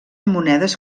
monedes